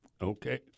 okay